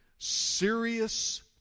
Serious